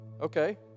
okay